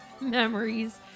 memories